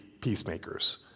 peacemakers